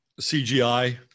CGI